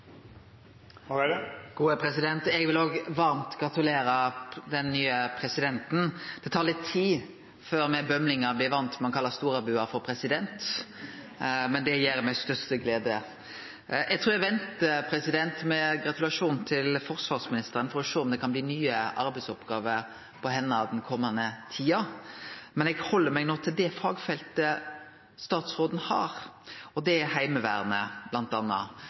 Eg vil òg varmt gratulere den nye presidenten. Det tar litt tid før me bømlingar blir vande med å kalle ein stordabu president, men det gjer eg med største glede. Eg trur eg ventar med gratulasjonen til forsvarsministeren, for å sjå om det kan bli nye arbeidsoppgåver på henne den komande tida. Men eg held meg no til det fagfeltet statsråden har, og det er bl.a. Heimevernet.